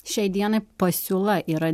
šiai dienai pasiūla yra